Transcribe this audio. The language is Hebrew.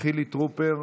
חילי טרופר,